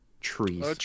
trees